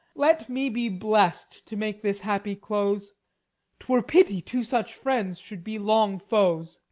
let me be blest to make this happy close twere pity two such friends should be long foes.